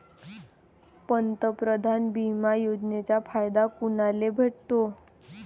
पंतप्रधान बिमा योजनेचा फायदा कुनाले भेटतो?